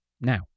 now